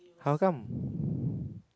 how come